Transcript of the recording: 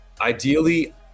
Ideally